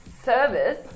service